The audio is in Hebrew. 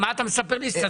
מה אתה מספר לי סטטיסטיקה?